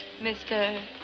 Mr